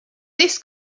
this